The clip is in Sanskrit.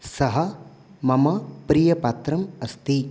सः मम प्रियपात्रम् अस्ति